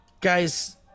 Guys